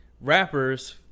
rappers